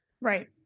Right